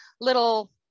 little